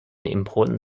important